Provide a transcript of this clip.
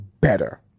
better